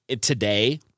today